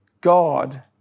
God